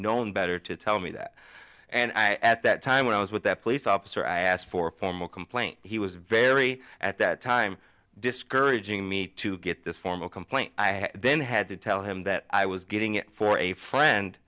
known better to tell me that and i at that time when i was with that police officer i asked for a formal complaint he was very at that time discouraging me to get this formal complaint i had then had to tell him that i was getting it for a friend